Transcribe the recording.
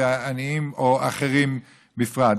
ומעניים או אחרים בכלל.